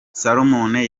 salome